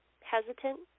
hesitant